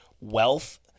wealth